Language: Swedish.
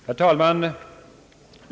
Herr talman!